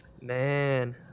Man